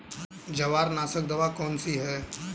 जवारनाशक दवा कौन सी है?